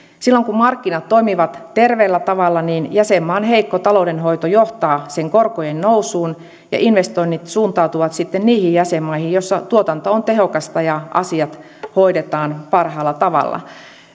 silloin kun markkinat toimivat terveellä tavalla niin jäsenmaan heikko taloudenhoito johtaa sen korkojen nousuun ja investoinnit suuntautuvat sitten niihin jäsenmaihin joissa tuotanto on tehokasta ja asiat hoidetaan parhaalla tavalla